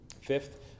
Fifth